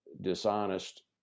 dishonest